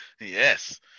yes